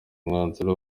umwanzuro